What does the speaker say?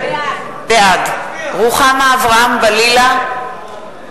בעד רוחמה אברהם-בלילא,